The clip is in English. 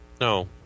No